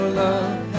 love